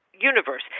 universe